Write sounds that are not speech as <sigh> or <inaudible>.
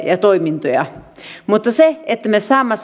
ja toimintoja hyvin monelle mutta jotta me saamme <unintelligible>